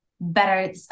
better